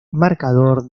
marcador